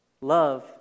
Love